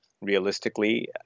realistically